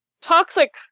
toxic